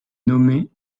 nommé